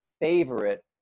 favorite